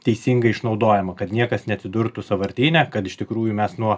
teisingą išnaudojamą kad niekas neatsidurtų sąvartyne kad iš tikrųjų mes nuo